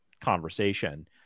conversation